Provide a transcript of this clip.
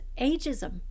ageism